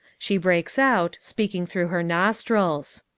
she breaks out, speaking through her nostrils.